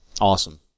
Awesome